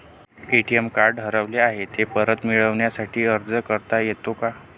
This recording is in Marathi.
ए.टी.एम कार्ड हरवले आहे, ते परत मिळण्यासाठी अर्ज करता येतो का?